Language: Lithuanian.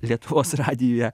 lietuvos radijuje